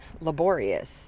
laborious